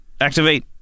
activate